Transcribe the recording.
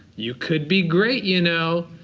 you could be great, you know.